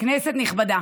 כנסת נכבדה,